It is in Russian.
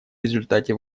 результате